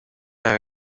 yawe